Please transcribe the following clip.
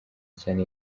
cyane